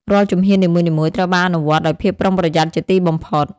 រាល់ជំហាននីមួយៗត្រូវបានអនុវត្តដោយភាពប្រុងប្រយ័ត្នជាទីបំផុត។